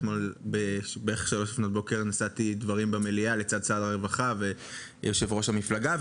אתמול לפנות בוקר נשאתי דברים במליאה לצד שר הרווחה ויושב ראש המפלגה,